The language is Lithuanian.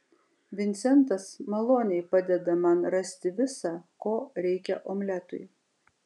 vincentas maloniai padeda man rasti visa ko reikia omletui